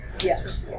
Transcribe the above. Yes